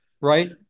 right